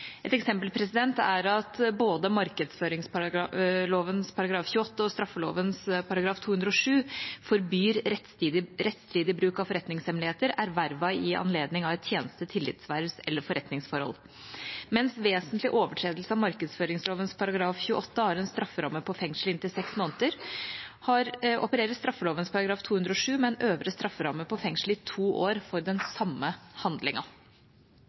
Et eksempel er at både markedsføringsloven § 28 og straffeloven § 207 forbyr rettsstridig bruk av forretningshemmeligheter ervervet i anledning av et tjeneste-, tillitsvervs- eller forretningsforhold. Mens vesentlig overtredelse av markedsføringsloven § 28 har en strafferamme på fengsel i inntil seks måneder, opererer straffeloven § 207 med en øvre strafferamme på fengsel i to år for den samme